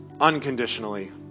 unconditionally